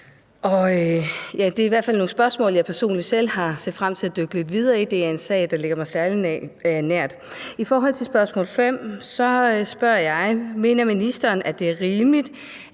fald nogle spørgsmål, jeg personligt selv har har set frem til at dykke lidt dybere ned i. Det er en sag, der ligger mig meget nær. I forhold til spørgsmål 5, så spørger jeg: Mener ministeren, at det er rimeligt,